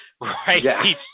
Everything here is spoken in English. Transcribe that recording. Right